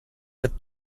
with